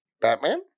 Batman